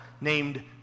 named